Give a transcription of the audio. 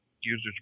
users